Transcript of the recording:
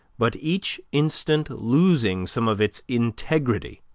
but each instant losing some of its integrity?